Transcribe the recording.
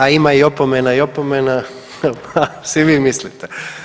A ima i opomena i opomena, pa si vi mislite.